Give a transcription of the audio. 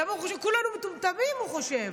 כולנו מטומטמים, הוא חושב.